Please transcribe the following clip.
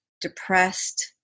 depressed